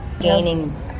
Gaining